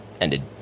ended